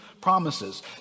promises